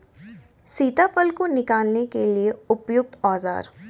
सीताफल को निकालने के लिए उपयुक्त औज़ार?